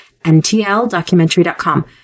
ntldocumentary.com